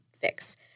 fix